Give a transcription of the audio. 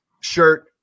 shirt